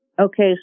Okay